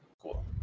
Cool